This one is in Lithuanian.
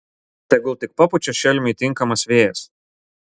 tegul tik papučia šelmiui tinkamas vėjas